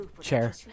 chair